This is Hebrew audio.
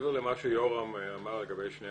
מעבר למה שיורם אמר לגבי שני